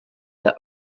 the